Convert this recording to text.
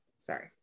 Sorry